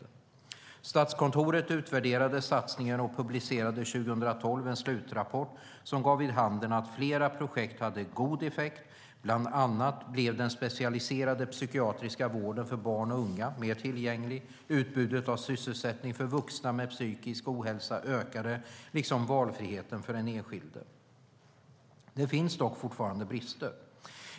Statskontoret utvärderade satsningen och publicerade 2012 en slutrapport som gav vid handen att flera projekt hade god effekt, bland annat blev den specialiserade psykiatriska vården för barn och unga mer tillgänglig, utbudet av sysselsättning för vuxna med psykisk ohälsa ökade, liksom valfriheten för den enskilde. Det finns dock fortfarande brister.